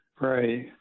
Right